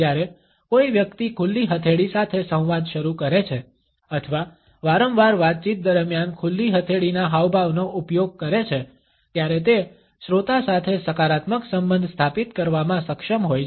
જ્યારે કોઈ વ્યક્તિ ખુલ્લી હથેળી સાથે સંવાદ શરૂ કરે છે અથવા વારંવાર વાતચીત દરમિયાન ખુલ્લી હથેળીના હાવભાવનો ઉપયોગ કરે છે ત્યારે તે શ્રોતા સાથે સકારાત્મક સંબંધ સ્થાપિત કરવામાં સક્ષમ હોય છે